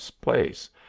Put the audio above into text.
place